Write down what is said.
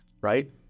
right